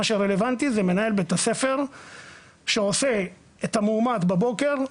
מה שרלוונטי זה מנהל בית הספר שעושה את המאומת בבוקר,